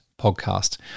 Podcast